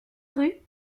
rue